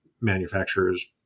manufacturers